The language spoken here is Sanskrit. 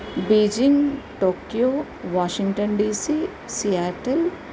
Beijing Tokyo Washington DC Seattle